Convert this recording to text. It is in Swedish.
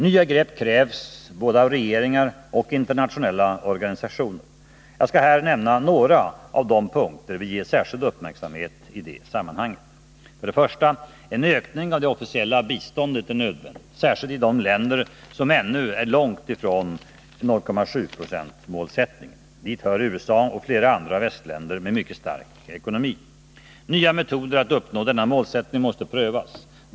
Nya grepp krävs både av regeringar och av internationella organisationer. Jag skall här nämna några av de punkter vi ger särskild uppmärksamhet i detta sammanhang: 1. En ökning av det officiella biståndet är nödvändig, särskilt i de länder som ännu är långt ifrån 0,7-procentsmålsättningen. Dit hör USA och flera andra västländer med en mycket stark ekonomi. Nya metoder att uppnå denna målsättning måste prövas.